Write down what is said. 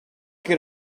get